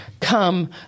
come